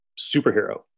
superhero